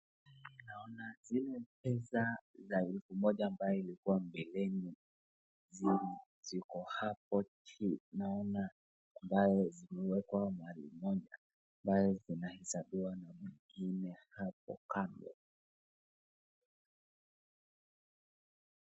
Hapa naona pesa za elfu moja ambayo ilikua hapo mbeleni zenye ziko hapo chini naona ambayo ziliwekwa mahali moja nazo zinahesabiwa na mtu mwingine hapo kando.